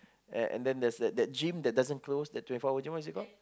and then there's the gym that doesn't close the twenty four hours gym what is it called